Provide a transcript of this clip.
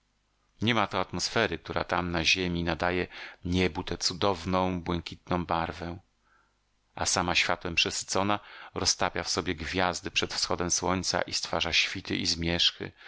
cieniu niema tu atmosfery która tam na ziemi nadaje niebu tę cudowną błękitną barwę a sama światłem przesycona roztapia w sobie gwiazdy przed wschodem słońca i stwarza świty i zmierzchy